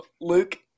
Luke